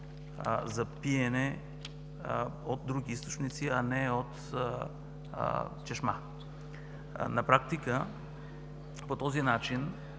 за пиене от други източници, а не от чешма. На практика по този начин